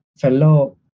fellow